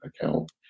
account